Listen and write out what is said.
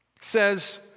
says